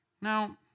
Now